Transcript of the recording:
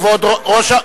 כבוד ראש,